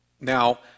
Now